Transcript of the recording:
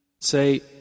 say